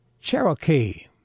Cherokee